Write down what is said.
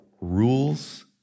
rules